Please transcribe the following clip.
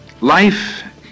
life